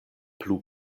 plu